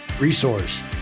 resource